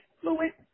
fluent